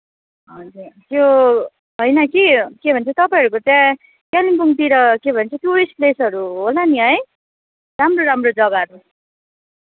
हजुर त्यो होइन कि के भन्छ तपाईँहरूको त्यहाँ कालिम्पोङतिर के भन्छ टुरिस्ट प्लेसहरू होला नि है राम्रो राम्रो जग्गाहरू